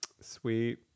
sweet